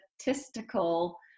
statistical